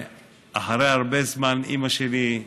ואחרי הרבה זמן אימא שלי,